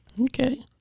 Okay